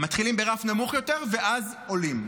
מתחילים ברף נמוך יותר ואז עולים.